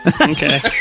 Okay